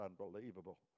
unbelievable